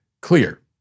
clear